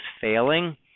failing